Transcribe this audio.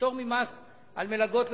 פטור ממס על מלגות לסטודנטים.